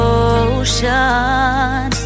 ocean